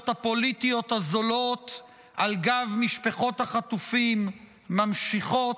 הפוליטיות הזולות על גב משפחות החטופים ממשיכות,